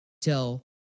tell